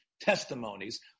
testimonies